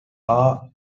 are